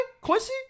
Quincy